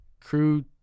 crew